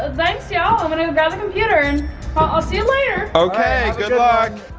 ah yeah um and and the computer and i'll see you later. okay, good luck.